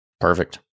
Perfect